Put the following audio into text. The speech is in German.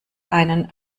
einen